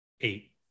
Eight